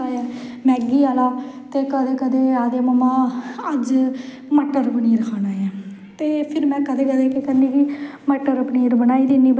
ते फिर ओह्दे कन्नै अस बडलै बेल्लै झण्डा चढ़ाईयै बड़ी खुशी बनाने कि साढ़ा देश आज़ाद होआ हा ते असैं इन्नी खुशी बनाई ही